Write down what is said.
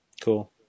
cool